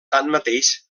tanmateix